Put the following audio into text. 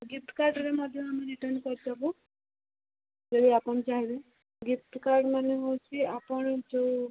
gift କାର୍ଡ଼ରେ ମଧ୍ୟ ଆମେ ରିଟର୍ଣ୍ଣ କରି ଦେବୁ ଯଦି ଆପଣ ଚାହିଁବେ ଗିଫ୍ଟ୍ କାର୍ଡ଼ ମାନେ ହେଉଛି ଆପଣ ଯେଉଁ